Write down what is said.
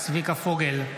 אינו נוכח צביקה פוגל,